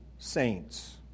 saints